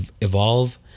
evolve